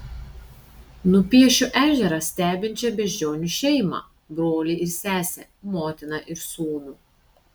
nupiešiu ežerą stebinčią beždžionių šeimą brolį ir sesę motiną ir sūnų